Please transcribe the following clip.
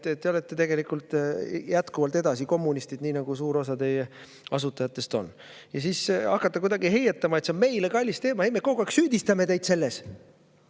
et te olete tegelikult jätkuvalt edasi kommunistid, nii nagu suur osa teie asutajatest on. Ja siis hakata kuidagi heietama, et see on meile kallis teema – ei, me kogu aeg süüdistame teid selles! Nii.